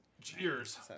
Cheers